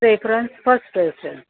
preference first station